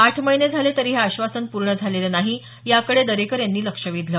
आठ महिने झाले तरी हे आश्वासन पूर्ण झालेलं नाही याकडे दरेकर यांनी लक्ष वेधलं